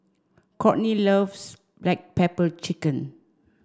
Kourtney loves black pepper chicken